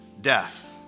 death